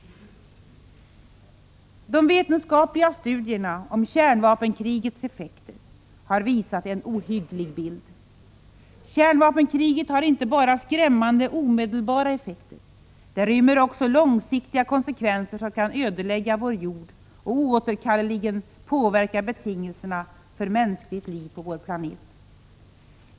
De vetenskapliga studierna om kärnvapenkrigets effekter har visat en ohygglig bild. Kärnvapenkriget har inte bara skrämmande omedelbara effekter. Det rymmer också långsiktiga konsekvenser, som kan ödelägga vår jord och oåterkalleligen påverka betingelserna för mänskligt liv på vår planet.